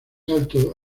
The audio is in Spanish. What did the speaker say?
alto